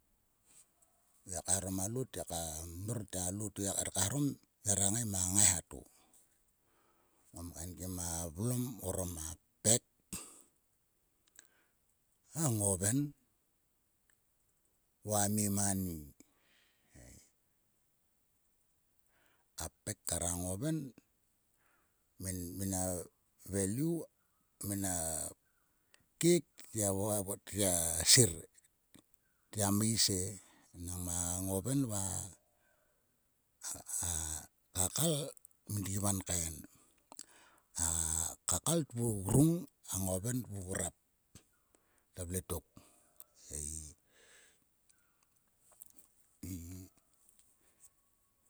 Ngiak kaeharom a lot. ngiaka mnor te a lot to yi kaeharom nera ngai ma ngaiha to. Ngom kaenkim a vlom orom a pek. a ngoven va a mi mani ei. A pek kar a ngoven mina velu. mina kek tgia siir. tgia meis e. Enang ma ngoven va a kakal min tgi vankain. A kakal tvu grung. a ngoven tvu grap ta vle tok ei.